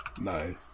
No